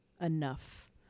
enough